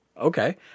okay